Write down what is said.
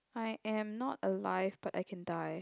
I am not alive but I can die